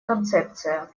концепция